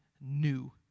new